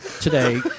Today